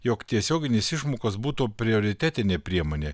jog tiesioginės išmokos būtų prioritetinė priemonė